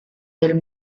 del